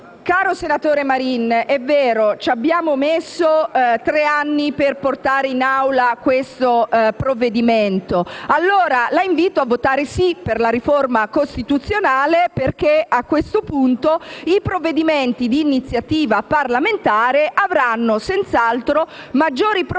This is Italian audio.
Caro senatore Marin, è vero che ci abbiamo messo tre anni per portare in Assemblea questo provvedimento; la invito allora a votare «sì» per la riforma costituzionale perché i provvedimenti di iniziativa parlamentare avranno senz'altro maggiori probabilità